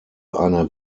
eine